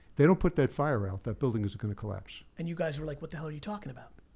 they don't put that fire out, that building's gonna collapse. and you guys were like, what the hell are you talking about?